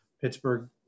Pittsburgh